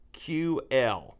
QL